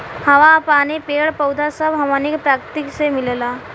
हवा, पानी, पेड़ पौधा सब हमनी के प्रकृति से मिलेला